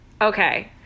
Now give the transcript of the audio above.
Okay